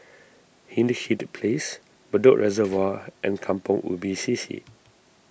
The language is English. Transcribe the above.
Hindhede Place Bedok Reservoir and Kampong Ubi C C